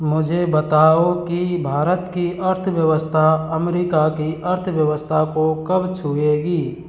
मुझे बताओ कि भारत की अर्थव्यवस्था अमरीका की अर्थव्यवस्था को कब छुएगी